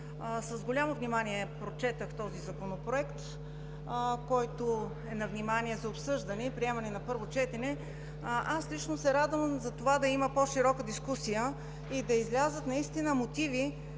с голямо внимание прочетох този законопроект, който е за обсъждане и приемане на първо четене. Аз лично се радвам да има по-широка дискусия и да излязат наистина мотиви,